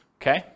Okay